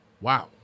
Wow